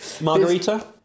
Margarita